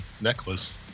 necklace